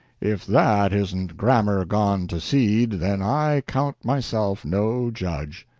if that isn't grammar gone to seed, then i count myself no judge.